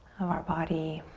of our body.